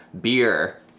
beer